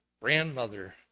grandmother